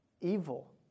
evil